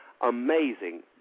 amazing